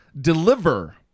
deliver